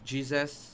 Jesus